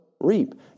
reap